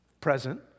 present